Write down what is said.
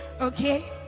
Okay